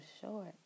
short